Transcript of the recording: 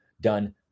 done